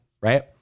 Right